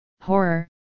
horror